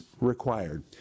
required